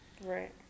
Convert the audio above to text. right